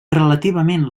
relativament